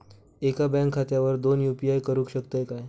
एका बँक खात्यावर दोन यू.पी.आय करुक शकतय काय?